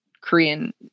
korean